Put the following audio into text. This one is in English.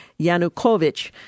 Yanukovych